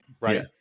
right